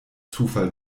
zufall